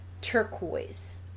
turquoise